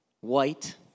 white